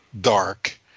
dark